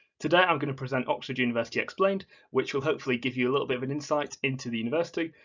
today i'm going to present oxford university explained which will hopefully give you a little bit of an insight into the university,